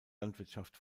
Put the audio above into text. landwirtschaft